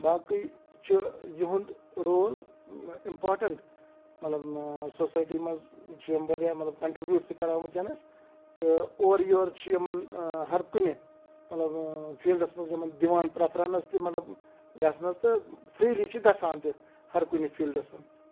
باقٕے چھُ یِہُنٛد رول اِمپاٹَنٛٹ مطلب سوسایٹی منٛز چھِ یِم واریاہ مطلب کَنٹِرٛبیوٗٹ تہِ کران وٕنکٮ۪نَس تہٕ اورٕ یورٕ چھِ یِمَن ہرکُنہِ مطلب فیٖلڈَس منٛز یِمَن دِوان پرٛفرَنٕس تہِ مطلب گژھنَس تہٕ فِرٛیٖلی چھِ گژھان تہِ ہرکُنہِ فیٖلڈَس منٛز